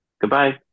Goodbye